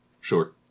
Sure